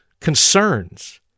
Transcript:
concerns